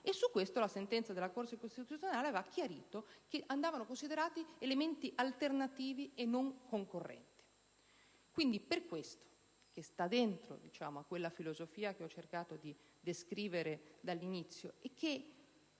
i requisiti e la sentenza della Corte costituzionale aveva chiarito che andavano considerati elementi alternativi e non concorrenti. Quindi, per questo motivo ricompreso nella filosofia che ho cercato di descrivere dall'inizio e che